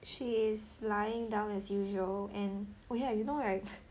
she is lying down as usual and oh yeah you know right